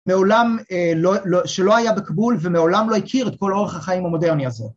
‫מעולם, שלא היה בקאבול ומעולם לא הכיר ‫את כל אורח החיים המודרני הזה.